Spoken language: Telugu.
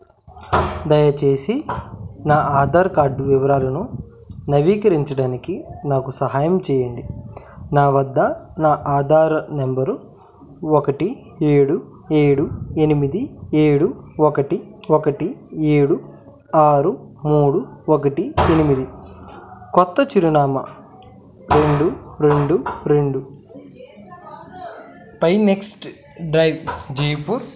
దయచేసి నా ఆధార్ కార్డు వివరాలను నవీకరించడానికి నాకు సహాయం చేయండి నా వద్ద నా ఆధార్ నెంబరు ఒకటి ఏడు ఏడు ఎనిమిది ఏడు ఒకటి ఒకటి ఏడు ఆరు మూడు ఒకటి ఎనిమిది కొత్త చిరునామా రెండు రెండు రెండు పైన్క్రెస్ట్ డ్రైవ్ జైపూర్